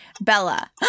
Bella